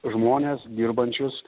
žmones dirbančius